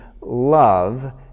love